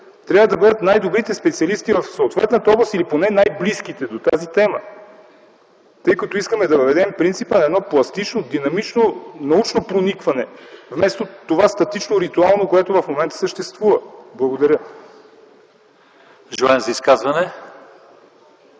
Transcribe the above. трябва да бъдат най-добрите специалисти в съответната област или поне най-близките до тази тема, тъй като искаме да въведем принципа на едно пластично, динамично, научно проникване, вместо това статично-ритуално, което съществува в момента. Благодаря.